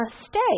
stay